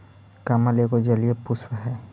कमल एगो जलीय पुष्प हइ